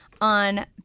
on